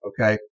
Okay